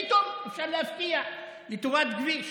פתאום אפשר להפקיע לטובת כביש.